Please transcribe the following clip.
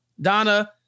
Donna